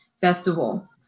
festival